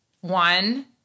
one